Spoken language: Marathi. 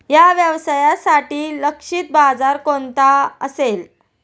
या व्यवसायासाठी लक्षित बाजार कोणता असेल?